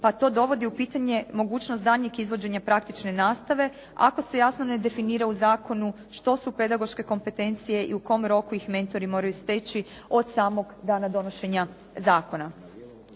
pa to dovodi u pitanje mogućnost daljnjeg izvođenja praktične nastave ako se jasno ne definira u zakonu što su pedagoške kompetencije i u kom roku ih mentori moraju steći od samog dana donošenja zakona.